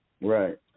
Right